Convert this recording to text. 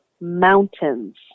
mountains